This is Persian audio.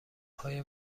های